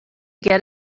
get